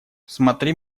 смотри